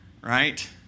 Right